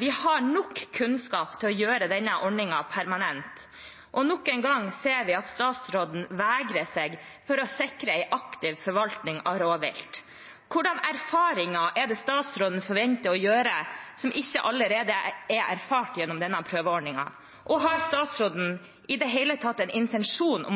Vi har nok kunnskap til å gjøre denne ordningen permanent, og nok en gang ser vi at statsråden vegrer seg for å sikre en aktiv forvaltning av rovvilt. Hvilke erfaringer er det statsråden forventer å gjøre som ikke allerede er erfart gjennom denne prøveordningen, og har statsråden i det hele tatt en intensjon